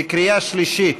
בקריאה שלישית,